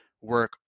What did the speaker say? work